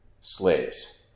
slaves